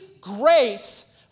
grace